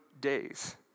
days